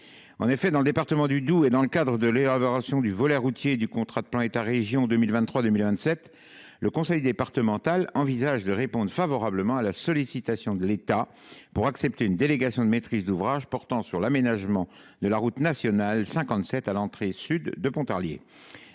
En effet, dans le département du Doubs, et dans le cadre de l’élaboration du volet routier du contrat de plan État région 2023 2027, le conseil départemental envisage de répondre favorablement à la sollicitation de l’État pour accepter une délégation de maîtrise d’ouvrage portant sur l’aménagement de la route nationale 57 (RN57) à l’entrée sud de Pontarlier.